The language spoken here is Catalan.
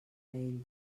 ell